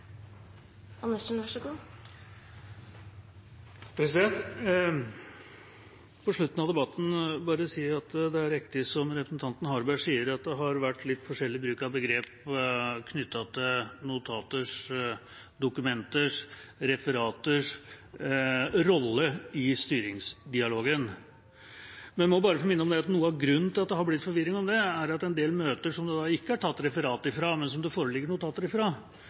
riktig som representanten Harberg sier, at det har vært litt forskjellig bruk av begreper knyttet til notaters, dokumenters og referaters rolle i styringsdialogen. Jeg må bare få minne om at noe av grunnen til at det er blitt forvirring om det, er at en del møter som det ikke er tatt referat fra, men som det foreligger notater